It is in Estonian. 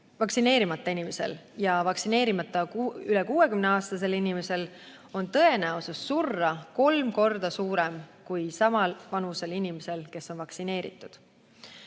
vaktsineerimata inimesel ja vaktsineerimata üle 60‑aastasel inimesel on tõenäosus surra kolm korda suurem kui sama vanal inimesel, kes on vaktsineeritud.